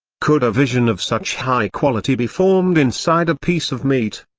could a vision of such high quality be formed inside a piece of meat?